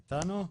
את אתנו?